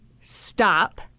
stop